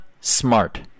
Smart